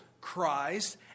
Christ